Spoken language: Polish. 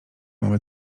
mamy